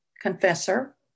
confessor